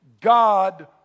God